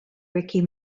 ricky